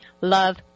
love